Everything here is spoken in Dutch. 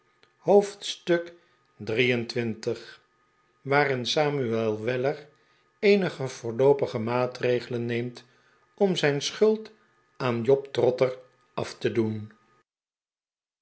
hoofdstuk xxiii waarin samuel weller eenige voorloopige maatregelen neemt om zijn schuld aan job trotter af te doen